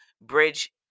bridge